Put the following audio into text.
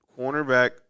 Cornerback